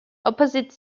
opposite